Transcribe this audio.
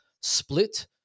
split